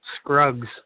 Scruggs